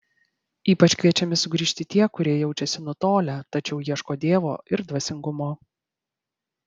ypač kviečiami sugrįžti tie kurie jaučiasi nutolę tačiau ieško dievo ir dvasingumo